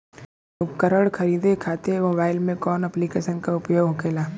उपकरण खरीदे खाते मोबाइल में कौन ऐप्लिकेशन का उपयोग होखेला?